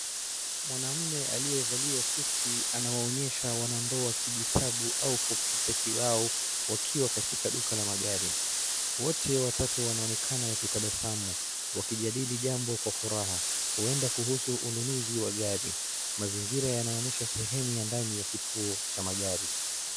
Mwanaume aliye valia suti anawaonyesha wanandoa kijitabu au kompyuta kiwao wakiwa katika duka la magari. Wote watatu wanaonekana wakitabasamu wakijadili jambo Kwa furaha, huenda kuhusu ununuzi wa gari. Mazingira yanaonyesha sehemu ya ndani ya kituo cha magari.